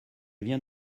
viens